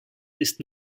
ist